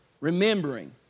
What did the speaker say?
remembering